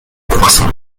croissant